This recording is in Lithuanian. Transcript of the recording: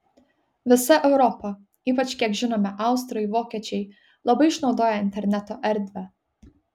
visa europa ypač kiek žinome austrai vokiečiai labai išnaudoja interneto erdvę